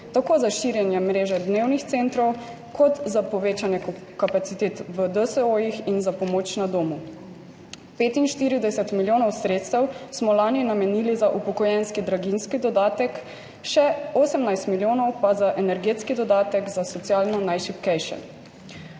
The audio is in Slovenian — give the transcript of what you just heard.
tako za širjenje mreže dnevnih centrov kot za povečanje kapacitet v DSO-jih in za pomoč na domu. 45 milijonov sredstev smo lani namenili za upokojenski draginjski dodatek, še 18 milijonov pa za energetski dodatek za socialno najšibkejše.